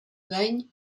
gain